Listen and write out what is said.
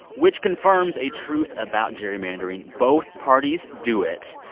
which confirms a truth about gerrymandering. both parties do it.